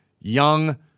Young